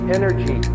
energy